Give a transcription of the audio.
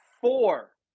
four